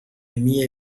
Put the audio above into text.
mere